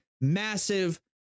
massive